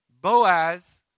Boaz